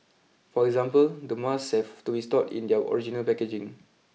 for example the masks have to be stored in their original packaging